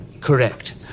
Correct